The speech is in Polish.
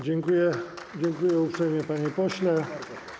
Dziękuję, dziękuję uprzejmie, panie pośle.